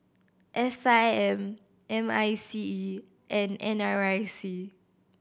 S I M M I C E and N R I C